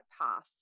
path